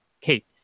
Kate